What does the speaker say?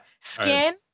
Skin